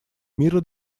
мира